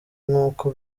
nkuko